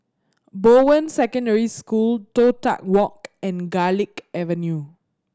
Bowen Secondary School Toh Tuck Walk and Garlick Avenue